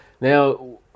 Now